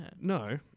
no